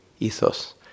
Ethos